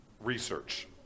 research